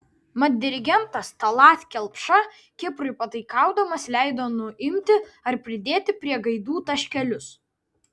mat dirigentas tallat kelpša kiprui pataikaudamas leido nuimti ar pridėti prie gaidų taškelius